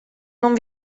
non